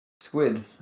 Squid